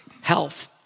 health